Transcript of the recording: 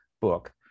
book